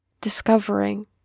discovering